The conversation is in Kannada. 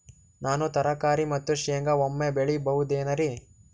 ನಾನು ತರಕಾರಿ ಮತ್ತು ಶೇಂಗಾ ಒಮ್ಮೆ ಬೆಳಿ ಬಹುದೆನರಿ?